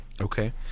Okay